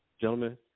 Gentlemen